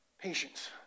patience